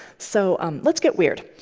so um let's get weird.